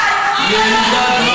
ירידה דרמטית,